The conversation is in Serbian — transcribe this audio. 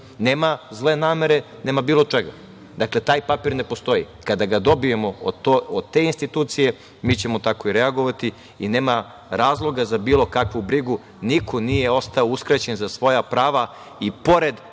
Nema zle namere, nema bilo čega. Dakle, taj papir ne postoji. Kada ga dobijemo od te institucije mi ćemo tako i reagovati i nema razloga za bilo kakvu brigu, niko nije ostao uskraćen za svoja prava i pored